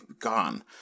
gone